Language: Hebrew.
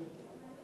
נא לסכם.